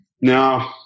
No